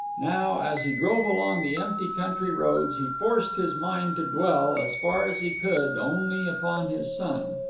now, as he drove along the empty country roads, he forced his mind to dwell, as far as he could, only upon his son.